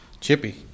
Chippy